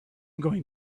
going